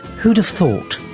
who'd have thought?